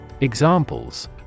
Examples